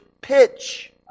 pitch